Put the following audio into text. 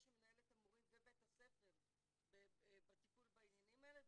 שמנהל את המורים ואת בית הספר בטיפול בעניינים האלו.